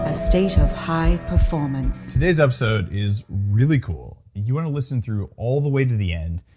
a state of high performance today's episode is really cool. you want to listen through all the way to the end,